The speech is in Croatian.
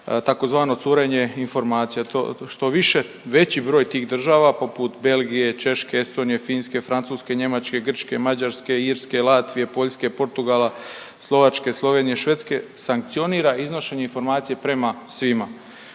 tzv. curenje informacija to štoviše veći broj tih država poput Belgije, Češke, Estonije, Finske, Francuske, Njemačke, Grčke, Mađarske, Irske, Latvije, Poljske, Portugala, Slovačke, Slovenije, Švedske sankcionira iznošenje informacija prema svima.